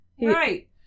Right